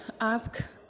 ask